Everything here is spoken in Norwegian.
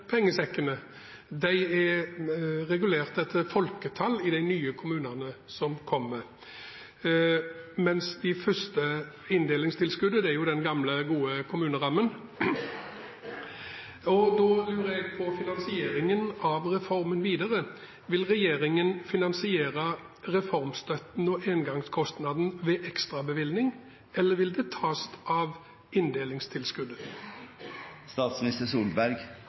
pengesekkene er regulert etter folketallet i de nye kommunene som kommer, mens den første, inndelingstilskuddet, er den gamle, gode kommunerammen. Da lurer jeg på finansieringen av reformen videre. Vil regjeringen finansiere reformstøtten og engangskostnaden ved ekstrabevilgning, eller vil det tas av inndelingstilskuddet?